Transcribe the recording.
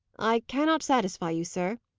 i cannot satisfy you, sir.